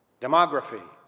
demography